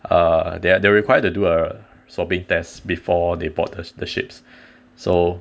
uh they are they're required to do a swabbing test before they board the s~ the ships so